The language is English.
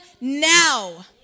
now